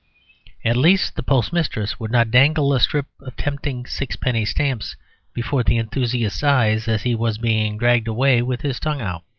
at least, the postmistress would not dangle a strip of tempting sixpenny stamps before the enthusiast's eyes as he was being dragged away with his tongue out.